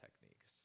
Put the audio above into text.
techniques